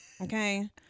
Okay